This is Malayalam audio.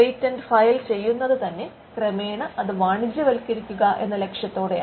പേറ്റന്റ് ഫയൽ ചെയ്യുന്നതു തന്നെ ക്രമേണ അത് വാണിജ്യവത്കരിക്കുക എന്ന ലക്ഷ്യത്തോടെയാണ്